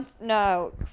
no